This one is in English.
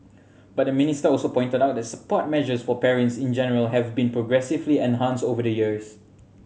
but the minister also pointed out that support measures for parents in general have been progressively enhanced over the years